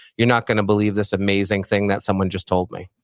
you're not going to believe this amazing thing that someone just told me.